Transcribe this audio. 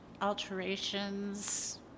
alterations